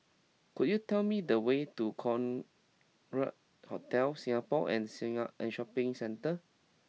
could you tell me the way to Concorde Hotel Singapore and singer and Shopping Centre